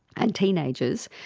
and teenagers,